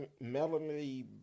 Melanie